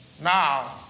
Now